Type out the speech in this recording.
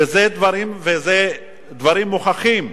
ואלה דברים מוכחים,